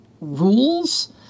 rules